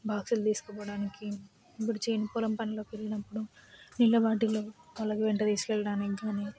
బాక్సులు తీసుకుపోవడానికి ఇంకొకటి చేనుకి పొలం పనిలోకి వెళ్ళినప్పుడు నీళ్ళ బాటిల్ వాళ్ళ వెంట తీసుకు వెళ్ళ టానికి కానీ